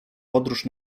podróż